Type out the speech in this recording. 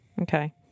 Okay